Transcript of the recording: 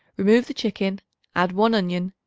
remove the chicken add one onion,